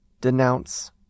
denounce